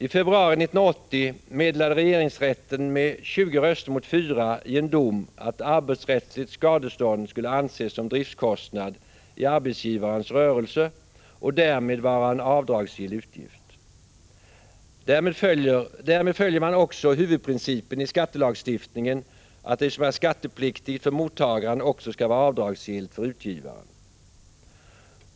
I februari 1980 meddelade regeringsrätten med 20 röster mot 4i en dom att arbetsrättsligt skadestånd skulle anses som driftkostnad i arbetsgivarens rörelse och därmed vara en avdragsgill utgift. Därmed följer man också huvudprincipen i skattelagstiftningen, att det som är skattepliktigt för mottagaren också skall vara avdragsgillt för utgivaren.